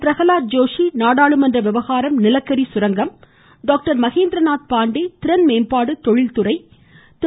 பிரகலாத் ஜோஷி நாடாளுமன்ற விவகாரம் நிலக்கரி சுரங்கம் டாக்டர் மகேந்திரநாத் பாண்டே திறன் மேம்பாடு மற்றும் தொழில்துறை திரு